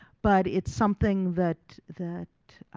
but it's something that, that